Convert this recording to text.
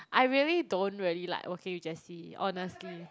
I really don't really like working with Jessie honestly